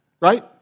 right